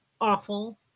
awful